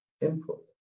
input